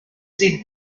sie